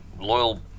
loyal